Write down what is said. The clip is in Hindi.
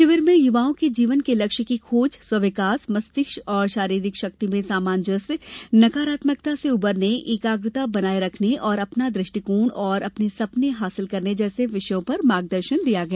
शिविर में यूवाओं के जीवन के लक्ष्य की खोज स्व विकास मस्तिष्क और शारीरिक शक्ति में सामजंस्य नकारात्मकता से उबरने एकाग्रता बनाये रखने और अपना दृष्टिकोण और अपने सपने हासिल करने जैसे विषयों पर मार्गदर्शन दिया गया